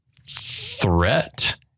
threat